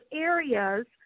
areas